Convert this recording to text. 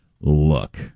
look